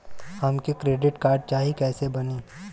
हमके credit card चाही कैसे बनी?